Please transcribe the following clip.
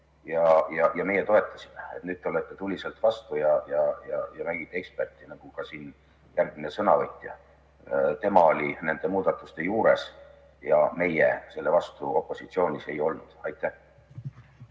ja meie toetasime. Nüüd te olete tuliselt vastu ja mängite eksperti. Ka järgmine sõnavõtja oli nende muudatuste juures ja meie selle vastu opositsioonis olles ei olnud. Aitäh!